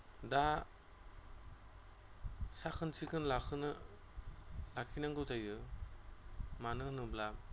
दा साखोन सिखोन लाखिनांगौ जायो मानो होनोब्ला